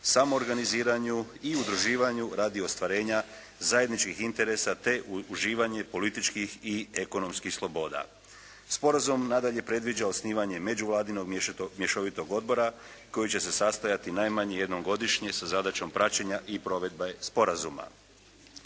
samoorganiziranju i udruživanju radi ostvarenja zajedničkih interesa te uživanje političkih i ekonomskih sloboda. Sporazum nadalje predviđa osnivanje međuvladinog mješovitog odbora koji će se sastajati najmanje jednom godišnje za zadaćom praćenja i provedbe sporazuma.